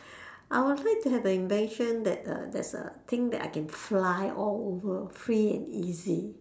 I would like to have a invention that uh there's a thing that I can fly all over free and easy